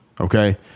okay